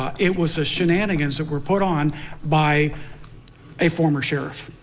ah it was a shenanigans that were put on by a former sheriff.